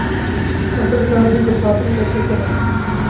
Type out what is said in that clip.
मटर का अधिक उत्पादन कैसे करें?